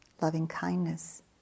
loving-kindness